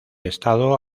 estado